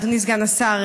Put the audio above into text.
אדוני סגן השר,